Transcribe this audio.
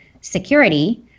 security